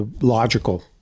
logical